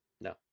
no